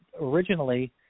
originally